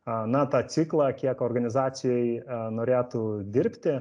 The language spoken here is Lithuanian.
a na tą ciklą kiek organizacijoj norėtų dirbti